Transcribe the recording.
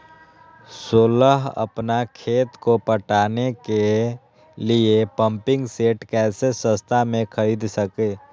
सोलह अपना खेत को पटाने के लिए पम्पिंग सेट कैसे सस्ता मे खरीद सके?